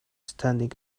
standing